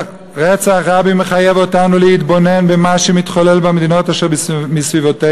רצח רבין מחייב אותנו להתבונן במה שמתחולל במדינות אשר סביבנו.